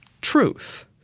truth